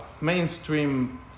mainstream